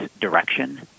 direction